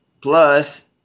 plus